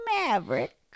Maverick